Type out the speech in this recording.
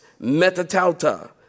Metatauta